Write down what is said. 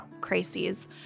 crises